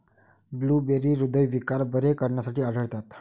blueberry हृदयविकार बरे करण्यासाठी आढळतात